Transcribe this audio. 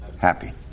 Happy